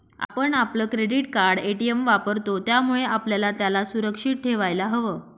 आपण आपलं credit card, ATM वापरतो, त्यामुळे आपल्याला त्याला सुरक्षित ठेवायला हव